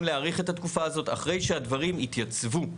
להאריך את התקופה הזאת אחרי שהדברים יתייצבו.